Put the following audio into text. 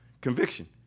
Conviction